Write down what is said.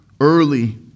early